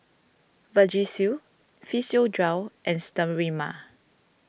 Vagisil Physiogel and Sterimar